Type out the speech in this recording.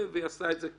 והיא עשתה את זה.